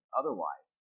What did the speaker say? otherwise